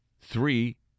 Three